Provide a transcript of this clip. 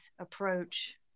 approach